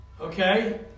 okay